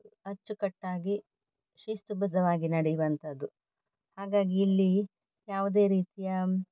ಅಚ್ಚು ಕಟ್ಟಾಗಿ ಶಿಸ್ತು ಬದ್ಧವಾಗಿ ನಡೆಯುವಂಥದ್ದು ಹಾಗಾಗಿ ಇಲ್ಲಿ ಯಾವುದೇ ರೀತಿಯ